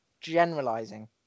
Generalizing